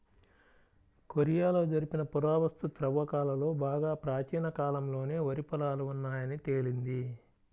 కొరియాలో జరిపిన పురావస్తు త్రవ్వకాలలో బాగా ప్రాచీన కాలంలోనే వరి పొలాలు ఉన్నాయని తేలింది